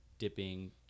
dipping